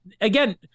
again